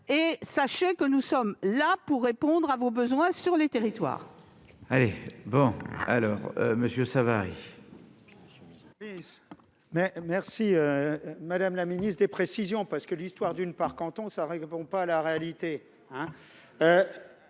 Et sachez que nous sommes là pour répondre à vos besoins dans les territoires.